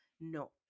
No